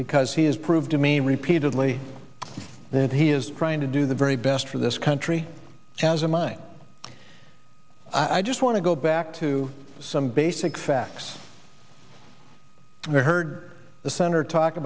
because he has proved to me repeatedly that he is trying to do the very best for this country has a mind i just want to go back to some basic facts and i heard the senator talk